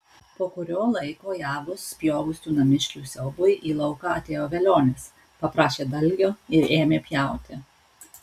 po kurio laiko javus pjovusių namiškių siaubui į lauką atėjo velionis paprašė dalgio ir ėmė pjauti